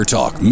Talk